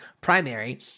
primary